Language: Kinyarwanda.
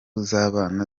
z’abana